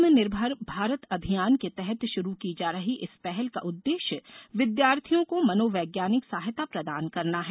आत्म निर्भर भारतअभियान के तहत शुरू की जा रही इस पहल का उद्देश्य विद्यार्थियों को मनोवैज्ञानिक सहायता प्रदान करना है